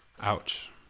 Ouch